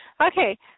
Okay